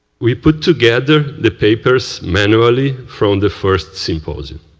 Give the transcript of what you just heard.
we put together the papers manually from the first symposium,